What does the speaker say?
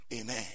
Amen